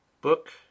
Book